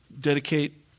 dedicate